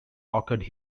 occurred